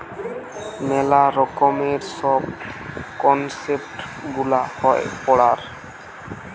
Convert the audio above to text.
মেলা রকমের সব কনসেপ্ট গুলা হয় পড়ার